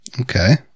Okay